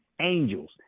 angels